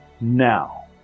now